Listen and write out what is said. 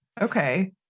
Okay